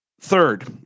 Third